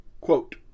Quote